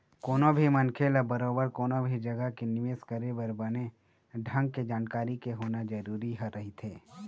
कोनो भी मनखे ल बरोबर कोनो भी जघा के निवेश करे बर बने ढंग के जानकारी के होना जरुरी रहिथे